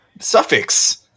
suffix